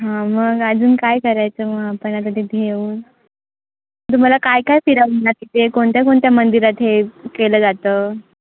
हां मग अजून काय करायचं मग आपण आता तिथे येऊन तू मला काय काय फिरवणार तिथे कोणत्या कोणत्या मंदिरात हे केलं जातं